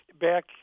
back